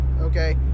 Okay